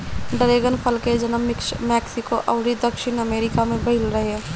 dragon फल के जनम मेक्सिको अउरी दक्षिणी अमेरिका में भईल रहे